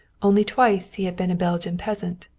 only twice he had been a belgian peasant,